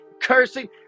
cursing